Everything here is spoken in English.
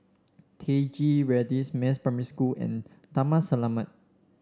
Teck Ghee Radin Mas Primary School and Taman Selamat